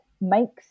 makes